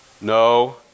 No